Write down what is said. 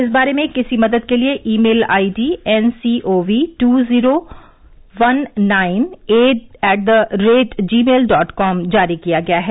इस बारे में किसी मदद के लिए email ID N C O V two zero one nine at the rate Gmail dot com जारी किया गया है